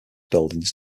buildings